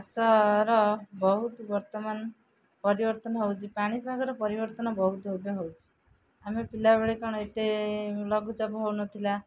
ଚାଷର ବହୁତ ବର୍ତ୍ତମାନ ପରିବର୍ତ୍ତନ ହେଉଛି ପାଣିପାଗର ପରିବର୍ତ୍ତନ ବହୁତ ଏବେ ହଉଛି ଆମେ ପିଲାବେଳେ କ'ଣ ଏତେ ଲଘୁଚାପ ହଉନଥିଲା